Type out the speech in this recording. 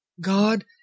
God